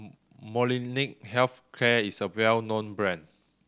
Molnylcke Health Care is a well known brand